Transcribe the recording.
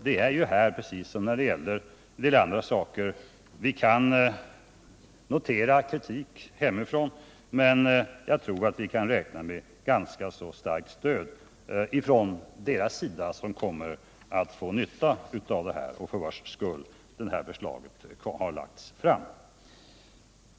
Det är ju här precis som när det gäller en del andra saker: Vi kan notera kritik hemifrån, men jag tror att vi kan räkna med ganska starkt stöd från deras sida som kommer att få nytta av det här och för vilkas skull förslaget har lagts fram.